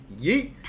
Yeet